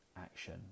action